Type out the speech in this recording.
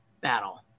battle